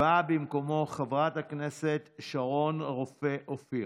באה במקומו חבר הכנסת שרון רופא אופיר.